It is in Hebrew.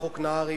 חוק נהרי,